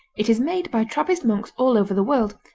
it is made by trappist monks all over the world,